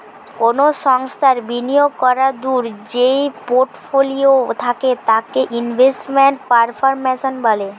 কোনো সংস্থার বিনিয়োগ করাদূঢ় যেই পোর্টফোলিও থাকে তাকে ইনভেস্টমেন্ট পারফরম্যান্স বলে